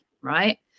right